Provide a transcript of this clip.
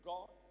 God